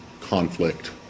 conflict